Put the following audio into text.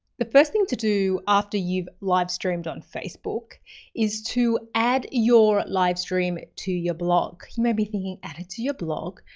the first thing to do after you've livestreamed on facebook is to add your livestream to your blog. you may be thinking, add it to your blog,